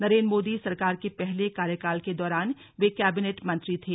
नरेंद्र मोदी सरकार के पहले कार्यकाल के दौरान वे कैबिनेट मंत्री थे